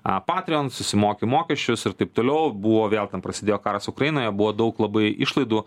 a patijon susimoki mokesčius ir taip toliau buvo vėl ten prasidėjo karas ukrainoje buvo daug labai išlaidų